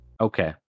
Okay